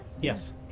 Yes